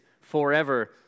forever